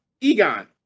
Egon